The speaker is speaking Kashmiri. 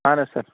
اَہَن حظ سَر